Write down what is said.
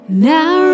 now